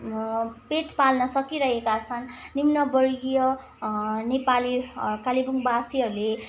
पेट पाल्न सकिरहेका छन् निम्न वर्गीय नेपाली कालेबुङवासीहरूले